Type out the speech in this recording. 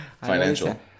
Financial